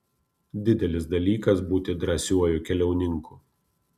didelis dalykas būti drąsiuoju keliauninku